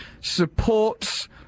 supports